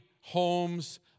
homes